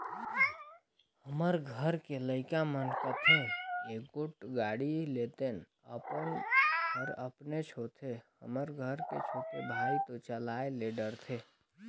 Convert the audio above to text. हमर घर के लइका मन कथें एगोट गाड़ी लेतेन अपन हर अपनेच होथे हमर घर के छोटे भाई तो चलाये ले डरथे